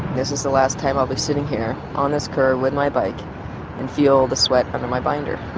this is the last time i'll be sitting here on this curb with my bike and feel the sweat under my binder.